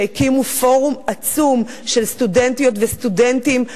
שהקימו פורום עצום של סטודנטיות וסטודנטים,